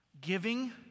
Giving